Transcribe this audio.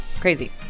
Crazy